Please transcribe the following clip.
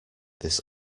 this